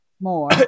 more